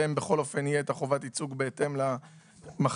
בהם תהיה חובת הייצוג בהתאם למחצית